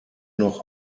noch